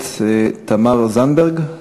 הכנסת תמר זנדברג,